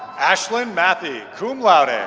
ashlyn mathy, cum laude. and